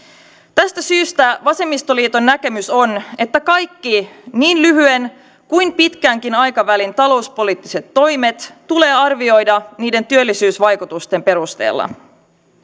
tästä syystä vasemmistoliiton näkemys on että kaikki niin lyhyen kuin pitkänkin aikavälin talouspoliittiset toimet tulee arvioida niiden työllisyysvaikutusten perusteella